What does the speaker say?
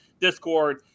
discord